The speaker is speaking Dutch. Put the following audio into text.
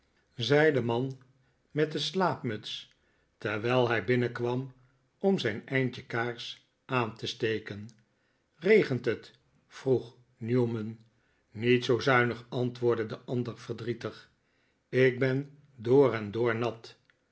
zei de man met de slaapmuts terwijl hij binnenkwam om zijn eindje kaars aan te steken regent het vroeg newman niet zoo zuinig antwoordde de ander verdrietig ik ben door en door nat